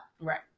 Right